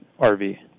RV